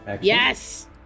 Yes